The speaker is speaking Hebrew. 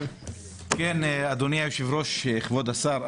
אדוני היושב-ראש, כבוד השר,